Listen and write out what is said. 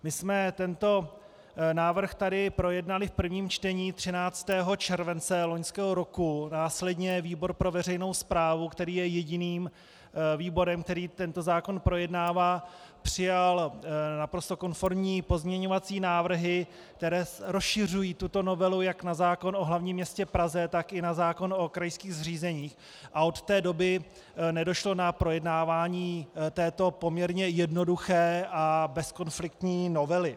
My jsme tento návrh tady projednali v prvém čtení 13. července loňského roku, následně výbor pro veřejnou správu, který je jediným výborem, který tento zákon projednává, přijal naprosto konformní pozměňovací návrhy, které rozšiřují tuto novelu jak na zákon o hlavním městě Praze, tak i na zákon o krajských zřízeních, a od té doby nedošlo k projednávání této poměrně jednoduché a bezkonfliktní novely.